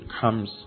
comes